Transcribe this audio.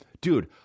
Dude